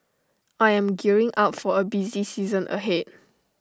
I am gearing up for A busy season ahead